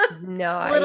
No